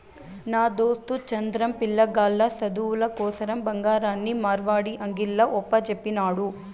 నా దోస్తు చంద్రం, పిలగాల్ల సదువుల కోసరం బంగారాన్ని మార్వడీ అంగిల్ల ఒప్పజెప్పినాడు